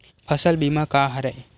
फसल बीमा का हरय?